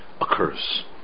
occurs